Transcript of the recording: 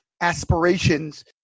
aspirations